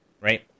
right